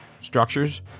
structures